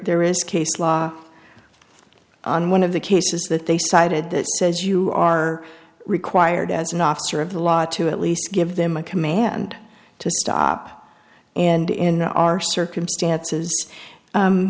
there is case law on one of the cases that they cited that says you are required as an officer of the law to at least give them a command to stop and in our circumstances